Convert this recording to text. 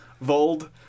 Vold